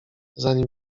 zanim